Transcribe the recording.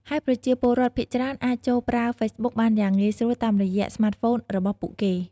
ហើយប្រជាពលរដ្ឋភាគច្រើនអាចចូលប្រើ Facebook បានយ៉ាងងាយស្រួលតាមរយៈស្មាតហ្វូនរបស់ពួកគេ។